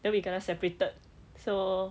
then we kena separated so